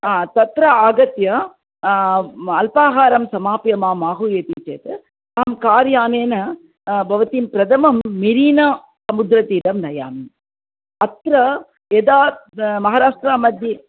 तत्र आगत्य अल्पाहारं समाप्य माम् आह्वयति चेत् अहं कार्यानेन भवतीं प्रथमं मिरीना समुद्रतीरं नयामि अत्र यदा महाराष्ट्रा मध्ये